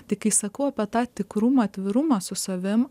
tai kai sakau apie tą tikrumą atvirumą su savim